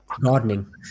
gardening